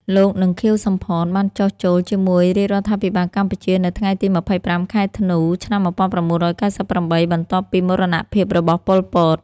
លោក និង ខៀវ សំផន បានចុះចូលជាមួយរាជរដ្ឋាភិបាលកម្ពុជា នៅថ្ងៃទី២៥ ខែធ្នូ ឆ្នាំ១៩៩៨ បន្ទាប់ពីមរណភាពរបស់ ប៉ុល ពត។